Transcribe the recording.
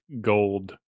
gold